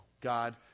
God